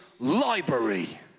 Library